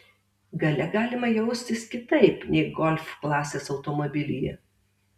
gale galima jaustis kitaip nei golf klasės automobilyje